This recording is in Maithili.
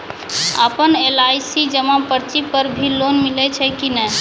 आपन एल.आई.सी जमा पर्ची पर भी लोन मिलै छै कि नै?